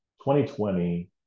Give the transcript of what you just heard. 2020